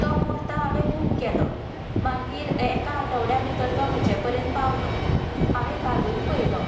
तो कुर्ता हांवे बूक केलो मागीर एका आठवड्या भितर तो म्हजे पर्यंत पावलो हांवे घालून पळयलो